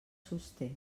sosté